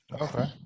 okay